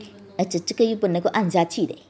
而且这个有不能过按下去 leh